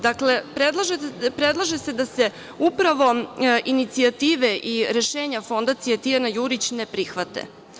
Dakle, predlaže se da se upravo inicijative i rešenja Fondacije "Tijana Jurić" ne prihvate.